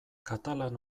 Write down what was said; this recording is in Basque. katalan